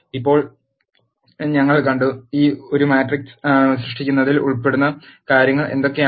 ഇപ്പോൾ ഞങ്ങൾ കണ്ടു ഒരു മാട്രിക്സ് സൃഷ്ടിക്കുന്നതിൽ ഉൾപ്പെടുന്ന കാര്യങ്ങൾ എന്തൊക്കെയാണ്